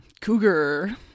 Cougar